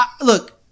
Look